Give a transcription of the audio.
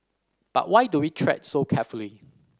but why do we tread so carefully